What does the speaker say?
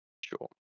sure